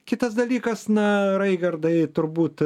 kitas dalykas na raigardai turbūt